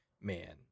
man